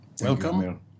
Welcome